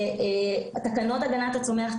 תקנות הגנת הצומח,